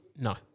No